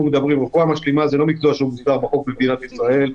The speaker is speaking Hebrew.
רפואה משלימה זה לא מקצוע שמוגדר בחוק במדינת ישראל.